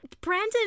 Brandon